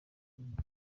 kinyinya